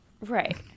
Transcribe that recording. right